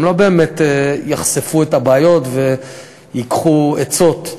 הן לא באמת יחשפו את הבעיות וייקחו עצות.